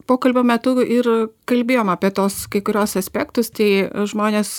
pokalbio metu ir kalbėjom apie tuos kai kuriuos aspektus tai žmonės